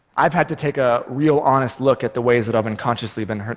i've had to take a real, honest look at the ways that i've unconsciously been